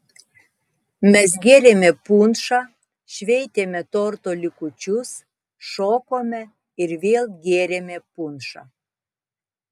mes gėrėme punšą šveitėme torto likučius šokome ir vėl gėrėme punšą